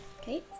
Okay